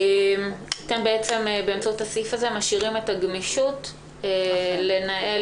אתם באמצעות הסעיף הזה משאירים את הגמישות לנהל